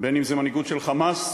אם זו מנהיגות של "חמאס",